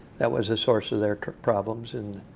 that was a source of their problems and